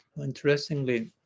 Interestingly